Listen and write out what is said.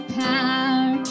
power